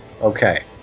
Okay